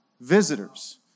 visitors